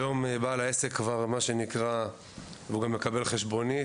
היום בעל העסק גם מקבל על זה חשבונית,